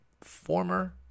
former